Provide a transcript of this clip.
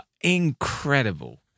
Incredible